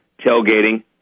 tailgating